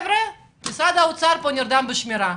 משרד האוצר נרדם בשמירה.